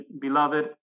beloved